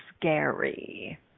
scary